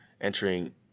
entering